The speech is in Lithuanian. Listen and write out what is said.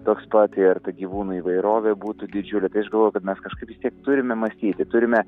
toks pat ir tų gyvūnų įvairovė būtų didžiulė tai aš galvoju kad mes kažkaip vis tiek turime mąstyti turime